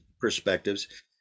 perspectives